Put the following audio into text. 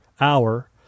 hour